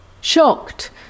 Shocked